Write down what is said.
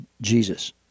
Jesus